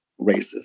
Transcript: racist